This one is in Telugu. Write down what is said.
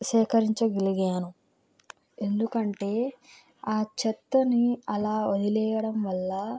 సేకరించగలిగాను ఎందుకంటే ఆ చెత్తని అలా వదిలేయడం వల్ల